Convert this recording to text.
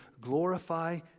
glorify